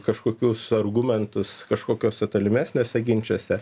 kažkokius argumentus kažkokiose tolimesniuose ginčuose